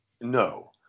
No